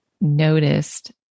noticed